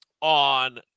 On